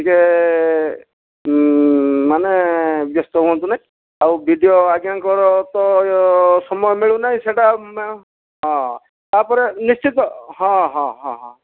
ଟିକିଏ ମାନେ ବ୍ୟସ୍ତ ହୁଅନ୍ତୁ ନାହିଁ ଆଉ ବି ଡ଼ି ଓ ଆଜ୍ଞାଙ୍କର ତ ସମୟ ମିଳୁନାହିଁ ସେଟା ହଁ ତାପରେ ନିଶ୍ଚିତ ହଁ ହଁ ହଁ ହଁ